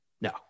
no